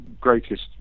greatest